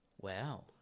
Wow